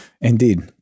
Indeed